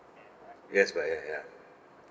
yes by air ya